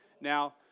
Now